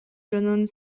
дьонун